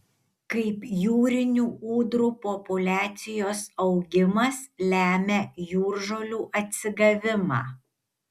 kaip jūrinių ūdrų populiacijos augimas lemia jūržolių atsigavimą